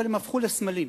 אבל הם הפכו לסמלים.